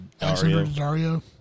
Dario